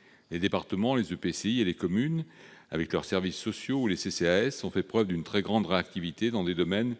sociaux ou les centres communaux d'action sociale (CCAS) ont fait preuve d'une très grande réactivité dans des domaines